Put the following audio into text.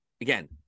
again